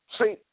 See